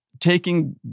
taking